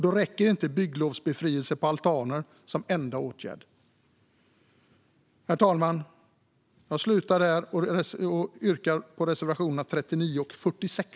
Då räcker inte bygglovsbefrielse för altaner som enda åtgärd. Herr talman! Jag avslutar här och yrkar bifall till reservationerna 39 och 46.